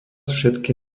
všetky